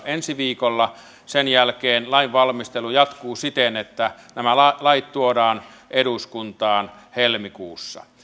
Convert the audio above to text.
ensi viikolla sen jälkeen lainvalmistelu jatkuu siten että nämä lait tuodaan eduskuntaan helmikuussa